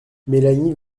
mélanie